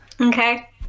okay